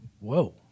Whoa